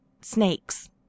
snakes